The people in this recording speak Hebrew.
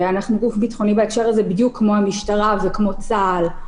אנחנו גוף ביטחוני בהקשר הזה בדיוק כמו המשטרה וכמו צה"ל,